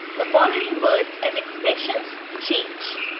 the following words and expressions change